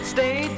Stay